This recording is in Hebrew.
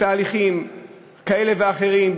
בתהליכים כאלה ואחרים,